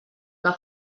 que